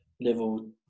level